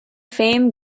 fame